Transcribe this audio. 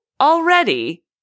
Already